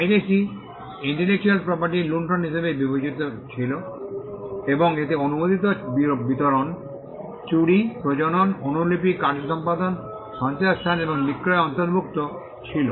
piracy intellectual প্রপার্টির লুণ্ঠন হিসাবে বিবেচিত ছিল এবং এতে অননুমোদিত বিতরণ চুরি প্রজনন অনুলিপি কার্য সম্পাদন সঞ্চয়স্থান এবং বিক্রয় অন্তর্ভুক্ত ছিল